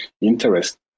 interest